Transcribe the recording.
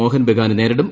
മോഹൻ ബഗാനെ നേരിടും